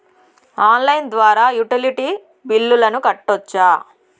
Online ద్వారా utility బిల్లులను కట్టొచ్చా?